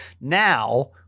Now